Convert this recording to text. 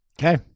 Okay